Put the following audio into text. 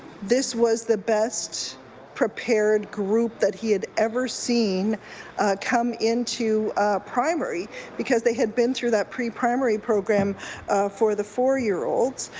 this was the best prepared group that he had ever seen come into primary because they had been through that preprimary program for the four-year-olds.